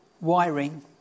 wiring